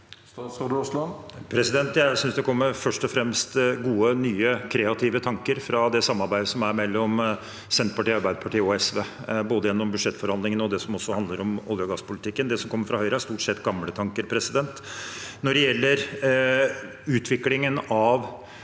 Jeg synes det først og fremst kommer gode, nye og kreative tanker fra det samarbeidet som er mellom Senterpartiet, Arbeiderpartiet og SV, både gjennom budsjettforhandlingene og det som også handler om olje- og gasspolitikken. Det som kommer fra Høyre, er stort sett gamle tanker. Når det gjelder utviklingen av